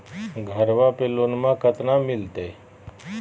घरबा पे लोनमा कतना मिलते?